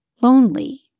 lonely